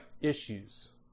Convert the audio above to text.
issues